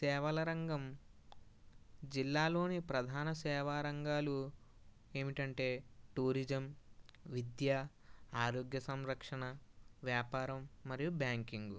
సేవా రంగం జిల్లాలోని ప్రధాన సేవారంగాలు ఏంటంటే టూరిజం విద్య ఆరోగ్య సంరక్షణ వ్యాపారం మరియు బ్యాంకింగ్